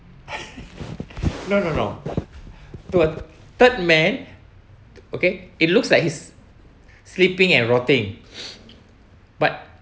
no no no to a third man okay it looks like he's sleeping and rotting but